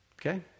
Okay